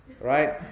right